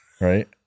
right